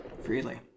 freely